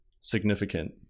significant